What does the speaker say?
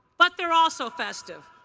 but they're also festive.